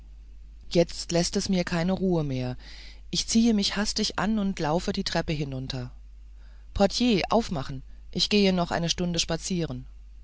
jetzt läßt es mir keine ruhe mehr ich ziehe mich hastig an und laufe die treppe hinunter portier aufmachen ich gehe noch eine stunde spazieren